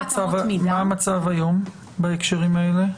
מה המצב היום בהקשרים האלה?